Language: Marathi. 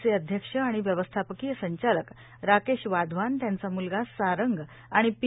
चे अध्यक्ष आणि व्यवस्थापकीय संचालक राकेश वाधवान त्यांच्या मुलगा सारंग आणि पी